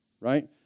right